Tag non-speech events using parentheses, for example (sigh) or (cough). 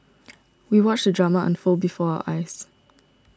(noise) we watched the drama unfold before our eyes